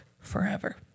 forever